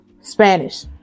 Spanish